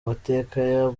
mateka